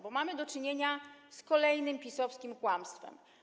Bo mamy do czynienia z kolejnym PiS-owskim kłamstwem.